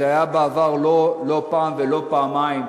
וזה היה בעבר לא פעם ולא פעמיים,